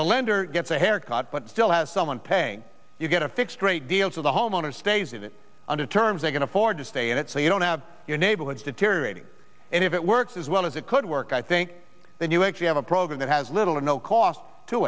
the lender gets a haircut but still has someone paying you get a fixed rate deals with the homeowners isn't it under terms they can afford to stay in it so you don't have your neighborhoods deteriorating and if it works as well as it could work i think then you actually have a program that has little or no cost to